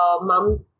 mums